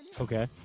Okay